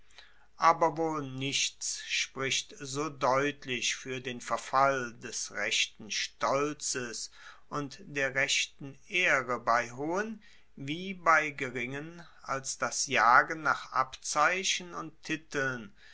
aber wohl nichts spricht so deutlich fuer den verfall des rechten stolzes und der rechten ehre bei hohen wie bei geringen als das jagen nach abzeichen und titeln